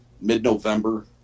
mid-November